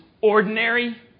ordinary